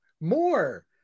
More